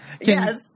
Yes